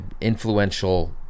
influential